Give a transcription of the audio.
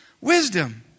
Wisdom